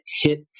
hit